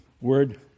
word